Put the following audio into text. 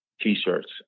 t-shirts